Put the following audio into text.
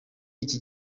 iki